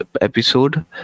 episode